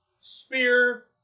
Spear